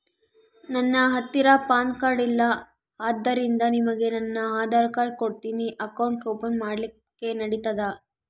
ನನ್ನ ಹತ್ತಿರ PAN card ಇಲ್ಲ ಆದ್ದರಿಂದ ನಿಮಗೆ ನನ್ನ ಆಧಾರ್ ಕಾರ್ಡ್ ಕೊಡ್ತೇನಿ ಅಕೌಂಟ್ ಓಪನ್ ಮಾಡ್ಲಿಕ್ಕೆ ನಡಿತದಾ?